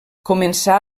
començà